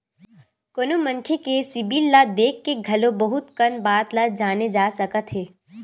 कोनो मनखे के सिबिल ल देख के घलो बहुत कन बात ल जाने जा सकत हे